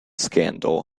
scandal